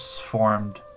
formed